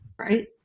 right